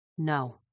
No